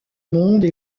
monde